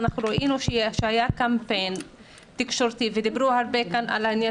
ראינו שהיה קמפיין תקשורתי ודיברו הרבה כאן על עניין